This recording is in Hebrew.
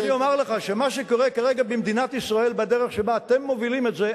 אני אומר לך שמה שקורה כרגע במדינת ישראל בדרך שבה אתם מובילים את זה,